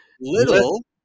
little